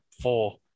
four